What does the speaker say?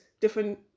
different